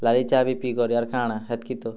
ଲାଲି ଚା' ବି ପିଇକରି ଆର୍ କାଣା ହେତ୍କି ତ